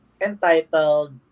entitled